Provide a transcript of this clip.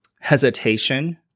hesitation